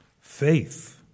faith